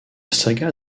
saga